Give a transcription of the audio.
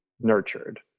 nurtured